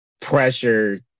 pressure